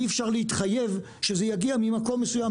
אי אפשר להתחייב שזה יגיע ממקום מסוים,